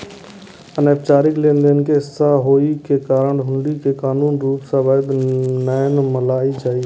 अनौपचारिक लेनदेन के हिस्सा होइ के कारण हुंडी कें कानूनी रूप सं वैध नै मानल जाइ छै